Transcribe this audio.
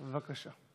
בבקשה.